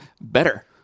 better